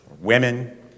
women